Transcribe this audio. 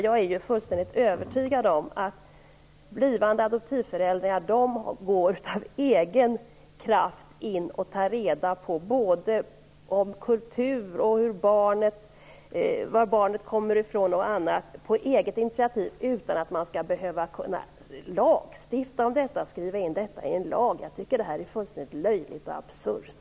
Jag är fullständigt övertygad om att blivande adoptivföräldrar av egen kraft informerar sig om kultur, var barnet kommer från osv. utan att detta skall behöva skrivas in i en lag. Det är fullständigt löjligt och absurt.